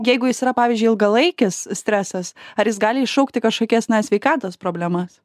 jeigu jis yra pavyzdžiui ilgalaikis stresas ar jis gali iššaukti kažkokias na sveikatos problemas